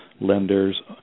lenders